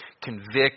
convict